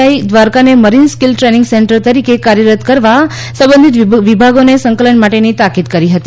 I દ્વારકાને marine skill training centre તરીકે કાર્યરત કરવા સંબંધિત વિભાગોને સંકલન માટેની તાકિદ કરી હતી